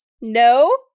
No